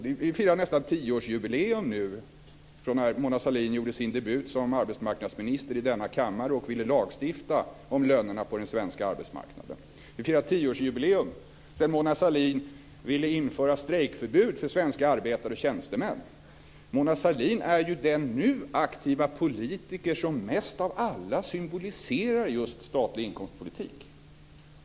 Vi kan nu i det närmaste fira tioårsjubileum av att Mona Sahlin gjorde sin debut som arbetsmarknadsminister i denna kammare och ville lagstifta om lönerna på den svenska arbetsmarknaden. Det är tio år sedan Mona Sahlin ville införa strejkförbud för svenska arbetare och tjänstemän. Mona Sahlin är ju den nu aktiva politiker som mest av alla symboliserar statlig inkomstpolitik.